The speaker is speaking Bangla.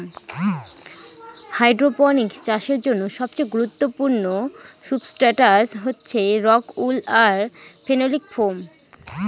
হাইড্রপনিক্স চাষের জন্য সবচেয়ে গুরুত্বপূর্ণ সুবস্ট্রাটাস হচ্ছে রক উল আর ফেনোলিক ফোম